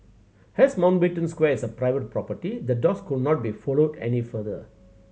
as Mountbatten Square is a private property the dogs could not be followed any further